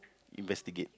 investigate